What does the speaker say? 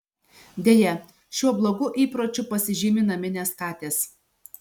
deja šiuo blogu įpročiu pasižymi naminės katės